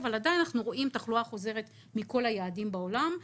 אבל עדיין אנחנו רואים תחלואה חוזרת מכל היעדים בעולם.